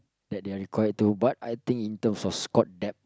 that they're required to but I think in terms of squad depth